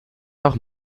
auch